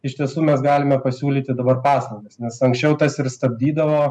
iš tiesų mes galime pasiūlyti dabar paslaugas nes anksčiau tas ir stabdydavo